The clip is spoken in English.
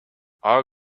our